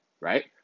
right